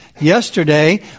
Yesterday